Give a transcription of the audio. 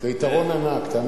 זה יתרון ענק, תאמינו לי.